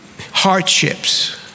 hardships